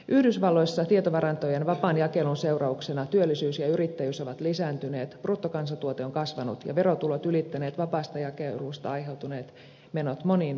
yhdysvalloissa tietovarantojen vapaan jakelun seurauksena työllisyys ja yrittäjyys ovat lisääntyneet bruttokansantuote on kasvanut ja verotulot ylittäneet vapaasta jakelusta aiheutuneet menot monin kerroin